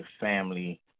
family